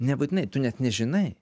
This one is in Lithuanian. nebūtinai tu net nežinai